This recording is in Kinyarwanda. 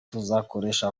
tuzakoresha